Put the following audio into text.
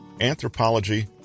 anthropology